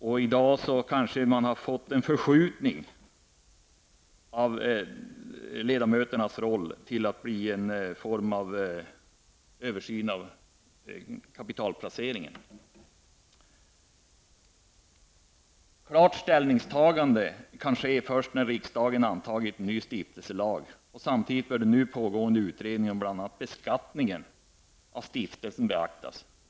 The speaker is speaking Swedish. Och i dag har det skett en förskjutning av ledamöternas roll till att bli någon form av översyn av kapitalplaceringen. Klart ställningstagande kan ske först när riksdagen har antagit en ny stiftelselag. Samtidigt bör den nu pågående utredningen om bl.a. beskattningen av stiftelser beaktas.